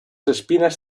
espinas